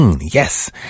Yes